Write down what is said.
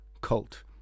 cult